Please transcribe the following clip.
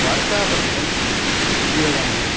वार्तापत्रं विजयवाणी